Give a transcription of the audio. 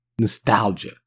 Nostalgia